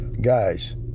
Guys